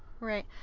Right